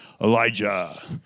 Elijah